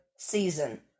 season